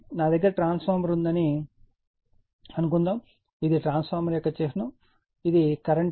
నా దగ్గర ఈ ట్రాన్స్ఫార్మర్ ఉందని అనుకుందాం ఇది ట్రాన్స్ఫార్మర్ చిహ్నం నా దగ్గర ట్రాన్స్ఫార్మర్ ఉంది